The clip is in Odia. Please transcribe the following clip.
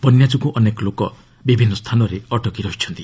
ବନ୍ୟା ଯୋଗୁଁ ଅନେକ ଲୋକ ବିଭିନ୍ନ ସ୍ଥାନରେ ଅଟକି ରହିଛନ୍ତି